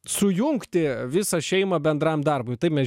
sujungti visą šeimą bendram darbui tai mes